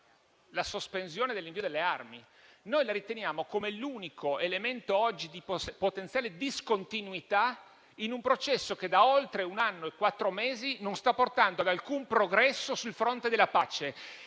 la sospensione dell'invio delle armi. Noi la riteniamo come l'unico elemento, oggi, di potenziale discontinuità in un processo che da oltre un anno e quattro mesi non sta portando ad alcun progresso sul fronte della pace.